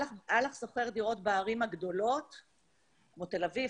אל"ח שוכר דירות בערים הגדולות כמו תל-אביב,